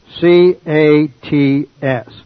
C-A-T-S